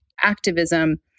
activism